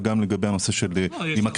וגם לגבי הנושא של המוסדיים.